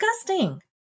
disgusting